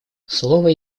слово